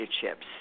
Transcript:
chips